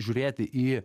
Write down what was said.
žiūrėti į